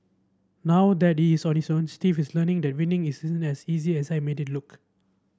now that is on his own Steve is learning that winning isn't as easy as I make it look